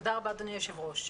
תודה רבה, אדוני היושב-ראש.